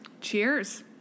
Cheers